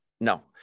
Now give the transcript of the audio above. No